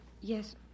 Yes